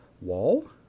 wall